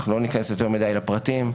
לא ניכנס יותר מדי לפרטים,